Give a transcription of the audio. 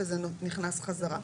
וזה נכנס חזרה.